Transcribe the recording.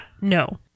No